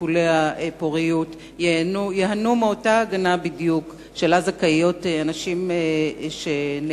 טיפולי פוריות ייהנו מאותה הגנה בדיוק שזכאיות לה נשים שנעדרו.